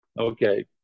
Okay